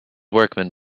workman